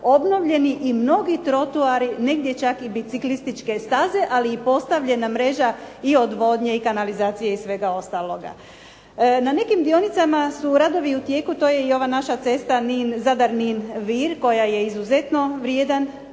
obnovljeni mnogi trotoari, negdje čak i biciklističke staze ali i postavljena mreža i odvodnje i kanalizacije i svega ostaloga. Na nekim dionicama su radovi u tijeku, to je ova naša cesta Zadar-Nin-Vir koja je izuzetno vrijedan